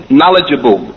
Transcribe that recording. knowledgeable